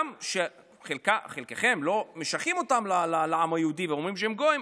גם כשחלקכם לא משייכים אותם לעם היהודי ואומרים שהם גויים,